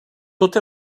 tot